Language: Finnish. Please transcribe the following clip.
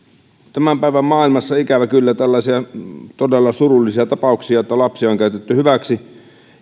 tämän päivän maailmassa ikävä kyllä on tällaisia todella surullisia tapauksia että lapsia on käytetty hyväksi